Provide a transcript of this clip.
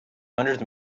hundreds